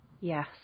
Yes